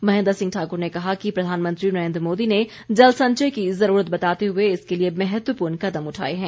महेन्द्र सिंह ठाकुर ने कहा कि प्रधानमंत्री नरेद्र मोदी ने जल संचय की जरूरत बताते हुए इसके लिए महत्वपूर्ण कदम उठाए हैं